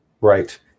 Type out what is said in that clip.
Right